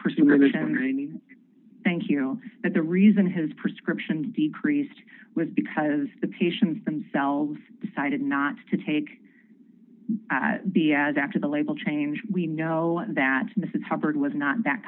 pursuit religion thank you but the reason his prescription decreased was because the patients themselves decided not to take at the end after the label change we know that mrs hubbard was not that